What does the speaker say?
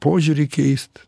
požiūrį keist